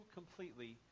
completely